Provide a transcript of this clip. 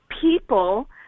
people